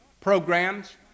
programs